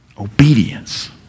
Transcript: Obedience